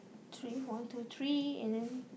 three one two three and then